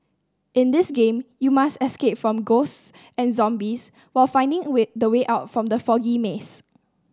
in this game you must escape from ghosts and zombies while finding way the way out from the foggy maze